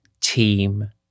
team